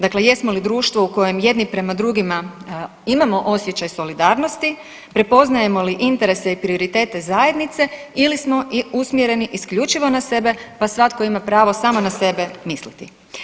Dakle, jesmo li društvo u kojem jedni prema drugima imamo osjećaj solidarnosti, prepoznajemo li interese i prioritete zajednice ili smo i usmjereni isključivo na sebe, pa svatko ima pravo samo na sebe misliti.